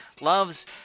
loves